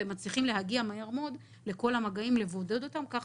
ומצליחים להגיע מהר מאוד לכל המגעים ולבודד אותם וכך